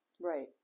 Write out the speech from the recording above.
Right